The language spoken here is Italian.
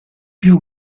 più